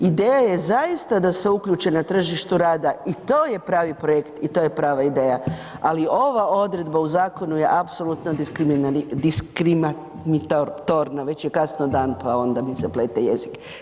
Ideja je zaista da se uključe na tržištu rada i to je pravi projekt i to je prava ideja, ali ova odredba u zakonu je apsolutno diskriminatorna, već je kasno dan pa onda mi se plete jezik.